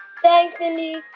thanks, mindy.